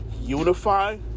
unify